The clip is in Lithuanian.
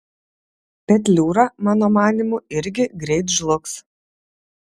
petliūra mano manymu irgi greit žlugs